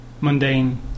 mundane